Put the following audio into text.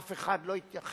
אף אחד לא התייחס